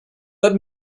but